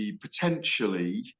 potentially